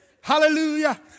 Hallelujah